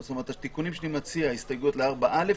התיקונים שאני מציע הם לההסתייגויות לסעיף 4(א),